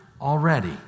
already